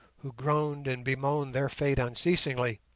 who groaned and bemoaned their fate unceasingly,